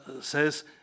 says